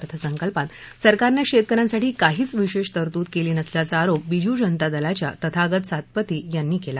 अर्थसंकल्पात सरकारनं शेतक यांसाठी काहीच विशेष तरतूद केली नसल्याचा आरोप बिजू जनता दलाच्या तथागत सातपाथे यांनी केला